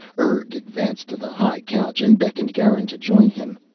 urg advanced to the high couch and beckoned garin to join him.